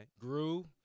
grew